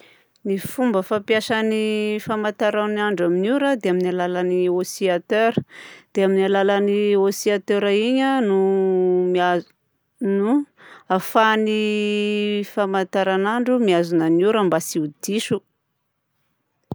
Ny fomba fampiasan'ny famantaranandro amin'ny ora dia amin'ny alalan'ny oscillateur. Dia amin'ny alalan'ny oscillateur iny a no mihazo- no ahafahan'ny famantaranandro mihazona ny ora mba tsy ho diso.